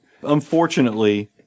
unfortunately